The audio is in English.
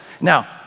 Now